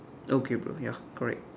okay bro ya correct